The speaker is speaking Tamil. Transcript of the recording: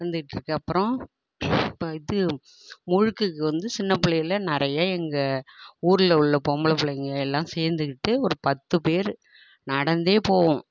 வந்துகிட்ருக்கு அப்புறம் இப்போ இது முழுக்குக்கு வந்து சின்னப் பிள்ளையில நிறைய எங்கள் ஊரில் உள்ள பொம்பளைப் பிள்ளைங்க எல்லாம் சேர்ந்துக்கிட்டு ஒரு பத்துப் பேர் நடந்தே போவோம்